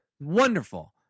Wonderful